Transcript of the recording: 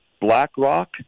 BlackRock